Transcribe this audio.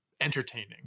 entertaining